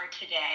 today